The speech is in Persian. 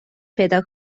پیدا